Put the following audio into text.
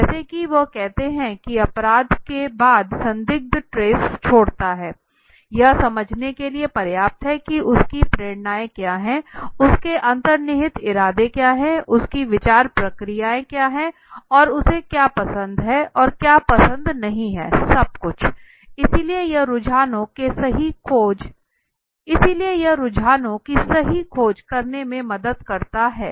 जैसे की वे कहते हैं कि अपराध के बाद संदिग्ध ट्रेस छोड़ता है यह समझने के लिए पर्याप्त है कि उसकी प्रेरणाएँ क्या हैं उसके अंतर्निहित इरादे क्या हैं उसकी विचार प्रक्रियाएँ क्या हैं उसे क्या पसंद है और क्या पसंद नहीं है सब कुछ इसलिए यह रुझानों की सही खोज करने में मदद करता है